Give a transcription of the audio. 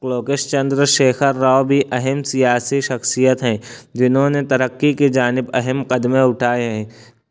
لوکیش چندر شیکھر راؤ بھی اہم سیاسی شخصیت ہیں جنہوں نے ترقی کی جانب اہم قدمیں اٹھائے ہیں